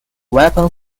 weapon